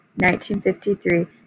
1953